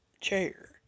chair